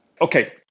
Okay